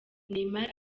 neymar